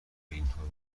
اینطور